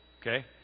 okay